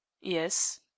Yes